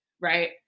right